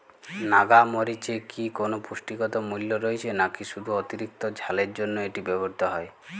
নাগা মরিচে কি কোনো পুষ্টিগত মূল্য রয়েছে নাকি শুধু অতিরিক্ত ঝালের জন্য এটি ব্যবহৃত হয়?